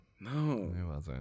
No